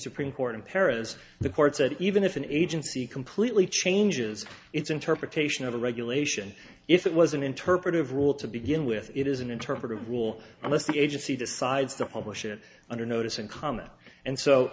supreme court in paris the court said even if an agency completely changes its interpretation of a regulation if it was an interpretive rule to begin with it is an interpretive rule unless the agency decides to publish it under notice and comment and so